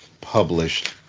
published